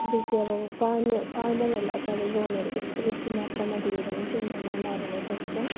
बेसी अब फारमर फारमरहरूलाई चाहिँ अब लोनहरू बेसी बेसी मात्रमा दियो भने चाहिँ उनीहरूलाई लाभ हुन सक्छ